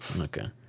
Okay